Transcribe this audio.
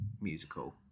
musical